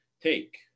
take